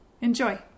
enjoy